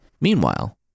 Meanwhile